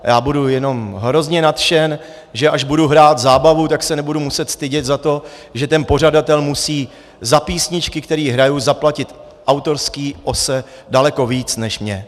A já budu jenom hrozně nadšen, že až budu hrát zábavu, tak se nebudu muset stydět za to, že ten pořadatel musí za písničky, které hraji, zaplatit autorské OSA daleko víc než mně.